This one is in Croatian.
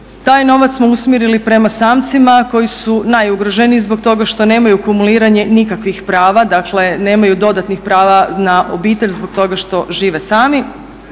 taj novac smo usmjerili prema samcima koji su najugroženiji zbog toga što nemaju kumuliranje nikakvih prava, dakle nemaju dodatnih prava na obitelj zbog toga što žive sami.